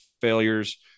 failures